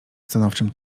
stanowczym